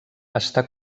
està